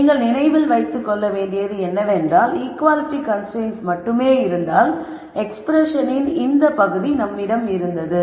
நீங்கள் நினைவில் கொள்ள வேண்டியது என்னவென்றால் ஈக்குவாலிட்டி கன்ஸ்ரைன்ட்ஸ் மட்டுமே இருந்தால் எக்ஸ்ப்ரெஸனின் இந்த பகுதி நம்மிடம் இருந்தது